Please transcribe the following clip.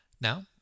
Now